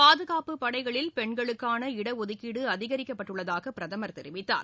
பாதகாப்பு படைகளில் பெண்களக்கான இடஒதுக்கீடு அதிகரிக்கப்பட்டுள்ளதாக பிரதமர் தெரிவித்தார்